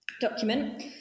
document